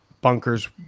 bunkers